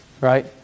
right